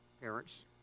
parents